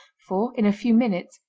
for, in a few minutes,